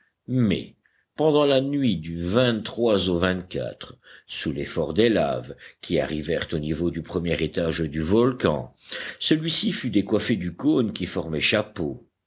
mais pendant la nuit du au sous l'effort des laves qui arrivèrent au niveau du premier étage du volcan celui-ci fut décoiffé du cône qui formait chapeau